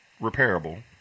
repairable